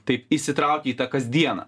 taip įsitraukę į tą kasdieną